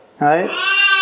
right